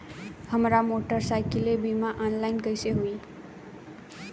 हमार मोटर साईकीलके बीमा ऑनलाइन कैसे होई?